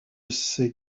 ces